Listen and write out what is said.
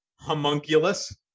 homunculus